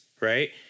right